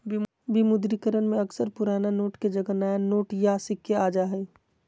विमुद्रीकरण में अक्सर पुराना नोट के जगह नया नोट या सिक्के आ जा हइ